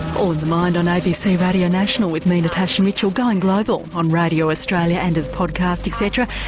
the mind on abc radio national with me natasha mitchell, going global on radio australia and as podcast etc.